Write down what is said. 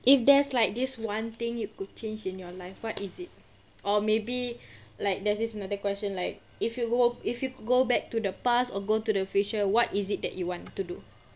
if there's like this one thing you could change in your life what is it or maybe like there's this another question like if you go if you go back to the past or go to the future what is it that you want to do